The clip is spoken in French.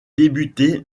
débuter